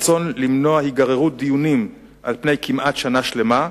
הרצון למנוע היגררות דיונים על פני כמעט שנה שלמה,